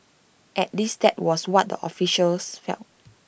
at least that was what the officials felt